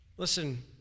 Listen